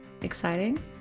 exciting